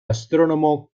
astrónomo